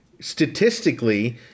statistically